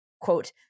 quote